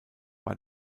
war